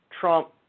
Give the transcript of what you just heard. Trump